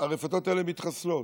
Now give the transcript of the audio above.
הרפתות האלה מתחסלות.